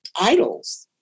idols